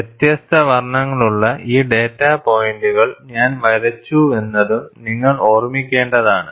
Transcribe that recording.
വ്യത്യസ്ത വർണ്ണങ്ങളുള്ള ഈ ഡാറ്റാ പോയിന്റുകൾ ഞാൻ വരച്ചുവെന്നതും നിങ്ങൾ ഓർമ്മിക്കേണ്ടതാണ്